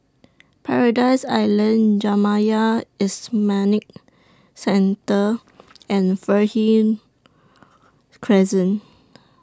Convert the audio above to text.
Paradise Island Jamiyah Centre and Fernhill Crescent